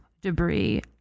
debris